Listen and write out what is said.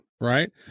Right